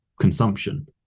consumption